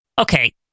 Okay